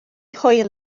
hwyl